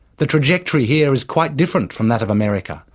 the trajectory here is quite different from that of america,